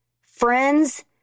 friends